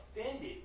offended